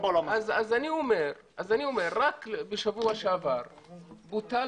אז אני אומר שרק בשבוע שעבר בוטל